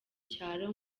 cyaro